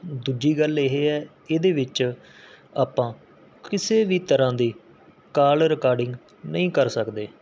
ਦੂਜੀ ਗੱਲ ਇਹ ਹੈ ਇਹਦੇ ਵਿੱਚ ਆਪਾਂ ਕਿਸੇ ਵੀ ਤਰ੍ਹਾਂ ਦੀ ਕਾਲ ਰਿਕਾਡਿੰਗ ਨਹੀਂ ਕਰ ਸਕਦੇ